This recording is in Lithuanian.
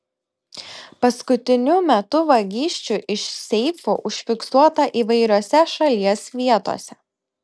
paskutiniu metu vagysčių iš seifų užfiksuota įvairiose šalies vietose